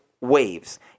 waves